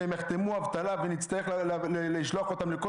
שהם יחתמו אבטלה ונצטרך לשלוח אותם לכל